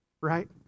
right